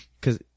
Cause